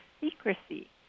secrecy